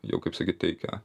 jau kaip sakyt teikia